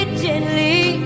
gently